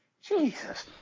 Jesus